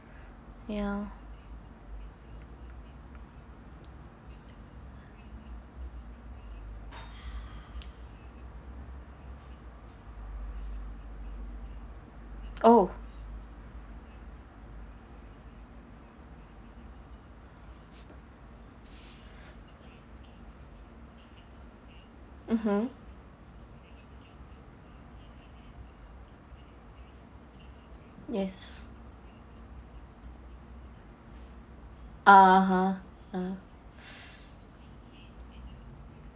ya oh mmhmm yes (uh huh)